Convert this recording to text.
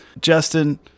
Justin